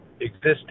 existing